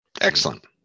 Excellent